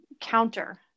counter